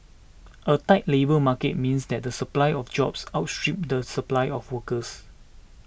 a tight labour market means that the supply of jobs outstrip the supply of workers